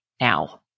now